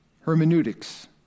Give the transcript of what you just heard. hermeneutics